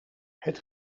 het